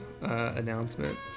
Announcement